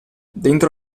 dentro